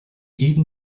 even